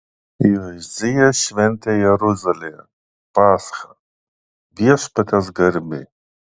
jozijas šventė jeruzalėje paschą viešpaties garbei